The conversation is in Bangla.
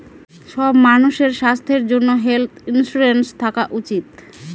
সব মানুষের স্বাস্থ্যর জন্য হেলথ ইন্সুরেন্স থাকা উচিত